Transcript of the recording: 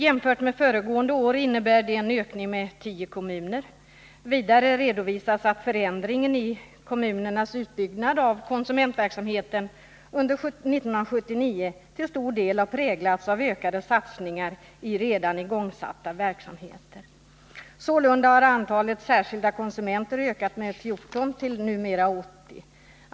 Jämfört med föregående år innebär det en ökning med 10 kommuner. Vidare redovisas att förändringen i kommunernas utbyggnad av konsumentverksamheten under 1979 till stor del har präglats av ökade satsningar på redan igångsatta verksamheter. Sålunda har antalet särskilda konsumentnämnder ökat med 14 till numera 80.